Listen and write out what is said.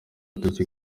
agatoki